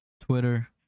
Twitter